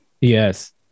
Yes